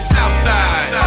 Southside